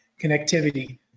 connectivity